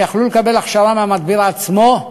הם יכלו לקבל הכשרה מהמדביר עצמו,